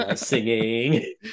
singing